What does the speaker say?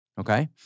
okay